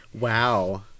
Wow